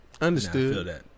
Understood